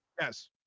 Yes